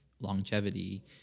longevity